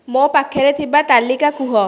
ମୋ ପାଖରେ ଥିବା ତାଲିକା କୁହ